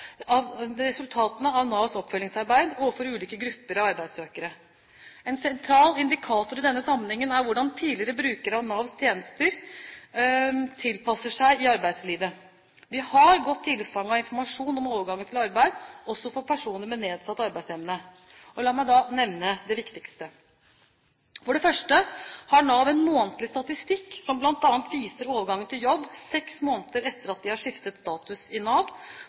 av Navs oppfølgingsarbeid overfor ulike grupper av arbeidssøkere. En sentral indikator i denne sammenhengen er hvordan tidligere brukere av Navs tjenester tilpasser seg i arbeidslivet. Vi har godt tilfang av informasjon om overgangen til arbeid, også for personer med nedsatt arbeidsevne. La meg da nevne det viktigste: For det første har Nav en månedlig statistikk som bl.a. viser overgangen til jobb seks måneder etter at de har skiftet status i Nav,